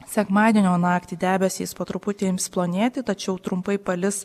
sekmadienio naktį debesys po truputį ims plonėti tačiau trumpai palis